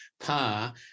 par